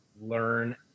learn